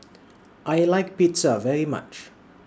I like Pizza very much